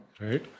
right